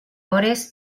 hores